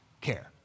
care